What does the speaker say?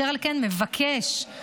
אשר על כן מבקש השר,